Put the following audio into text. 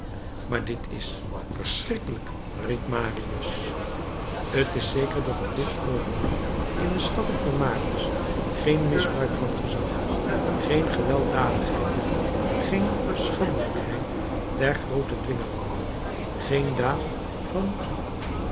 maar dit is verschrikkelijk riep marius t is zeker dat op dit oogenblik in de schatting van marius geen misbruik van gezag geen gewelddadigheid geen schandelijkheid der grootste dwingelanden geen daad van